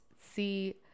see